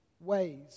ways